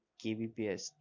kbps